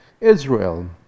Israel